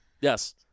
Yes